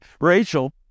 Rachel